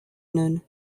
noon